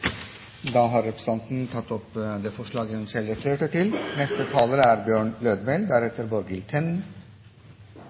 Da har representanten Ingebjørg Godskesen tatt opp det forslaget hun refererte til. Stad skipstunnel er